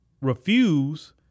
refuse